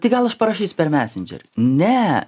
tai gal parašysiu per mesendžerį ne